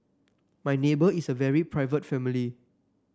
my neighbour is a very private family